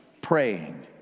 praying